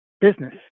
business